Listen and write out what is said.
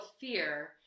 fear